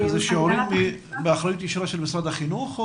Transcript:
זה שיעורים באחריות ישירה של משרד החינוך?